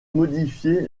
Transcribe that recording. modifier